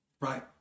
right